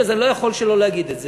להביא אוסף כזה של גזירות רעות?